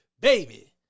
baby